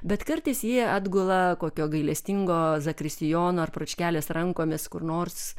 bet kartais jie atgula kokio gailestingo zakristijono ar pročkelės rankomis kur nors